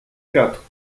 quatre